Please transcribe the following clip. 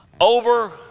over